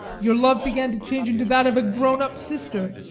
your love began to change into that of a grown-up sister,